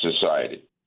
society